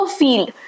field